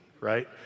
right